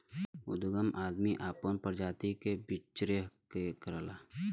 उदगम आदमी आपन प्रजाति के बीच्रहे के करला